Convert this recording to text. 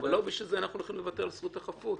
אבל לא בשביל זה אנחנו הולכים לוותר על זכות החפות,